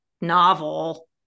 novel